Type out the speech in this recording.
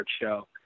show